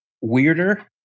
weirder